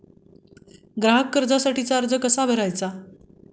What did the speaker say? ग्राहक कर्जासाठीचा अर्ज कसा भरायचा?